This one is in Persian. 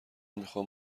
میخوام